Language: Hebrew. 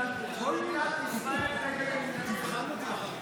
מדינת ישראל נגד בנימין נתניהו.